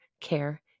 care